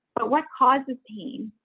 but what causes pain?